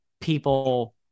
people